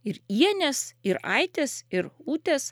ir ienės ir aitės ir ūtės